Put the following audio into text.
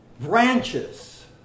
branches